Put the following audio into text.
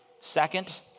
Second